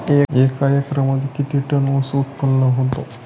एका एकरमध्ये किती टन ऊस उत्पादन होतो?